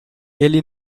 ele